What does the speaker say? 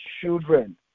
children